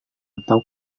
atau